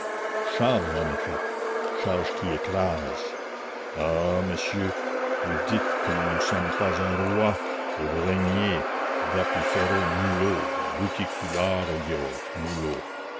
charges en effet charges qui écrasent ah messieurs vous dites que nous ne sommes pas un roi pour régner dapifero nullo buticulario nullo